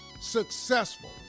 successful